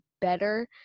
better